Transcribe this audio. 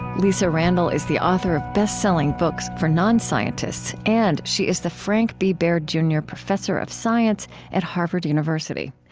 lisa randall is the author of bestselling books for non-scientists, and she is the frank b. baird, jr. professor of science at harvard university.